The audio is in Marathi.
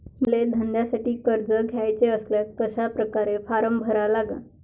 मले धंद्यासाठी कर्ज घ्याचे असल्यास कशा परकारे फारम भरा लागन?